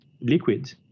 liquid